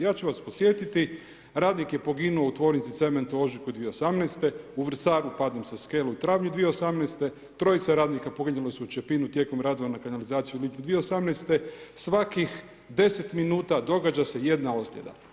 Ja ću vas podsjetiti, radnik je poginuo u tvornici cementa u ožujku 2018., u Vrsaru padnu sa skele u travnju 2018., trojica radnika poginula su u Čepinu tijekom rada na kanalizaciji u lipnju 2018., svakih 10 minuta događa se jedna ozljeda.